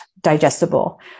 digestible